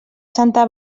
santa